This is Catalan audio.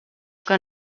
que